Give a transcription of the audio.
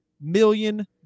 million